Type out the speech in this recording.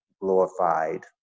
glorified